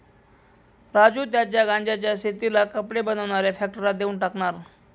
राजू त्याच्या गांज्याच्या शेतीला कपडे बनवणाऱ्या फॅक्टरीला देऊन टाकणार आहे